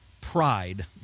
Pride